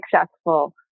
successful